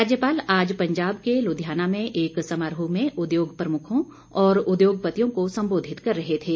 राज्यपाल आज पंजाब के लुधियाना में एक समारोह में उद्योग प्रमुखों और उद्योगपतियों को सम्बोधित कर रहे थे